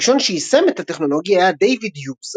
הראשון שיישם את הטכנולוגיה היה דייוויד יוז,